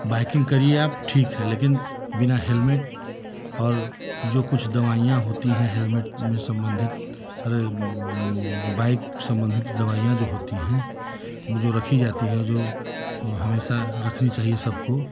biking करिए आप ठीक है लेकिन बिना हेलमेट और जो कुछ दवाइयाँ होती है हेलमेट में सम्बन्धित अरे वह बाइक सम्बन्धित दवाइयाँ जो होती है जो रखी जाती है जो हमेशा रखनी चाहिए सबको